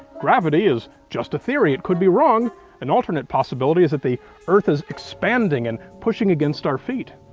gravity is just a theory, it could be wrong an alternate possibility is that the earth is expanding and pushing against our feet.